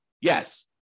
Yes